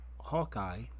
Hawkeye